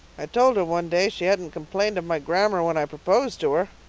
i told her one day she hadn't complained of my grammar when i proposed to her.